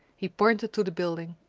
he pointed to the building.